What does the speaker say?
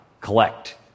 collect